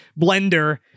blender